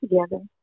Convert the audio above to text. together